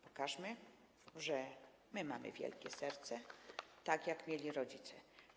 Pokażmy, że my mamy wielkie serce, tak jak mieli je ci rodzice.